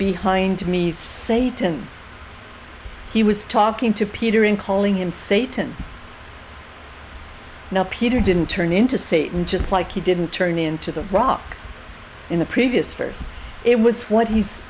behind me satan he was talking to peter in calling him satan now peter didn't turn into satan just like he didn't turn into the rock in the previous first it was what he